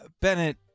Bennett